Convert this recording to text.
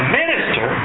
minister